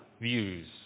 views